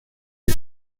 que